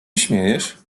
śmiejesz